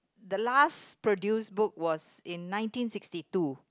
the last produced book was in nineteen sixty two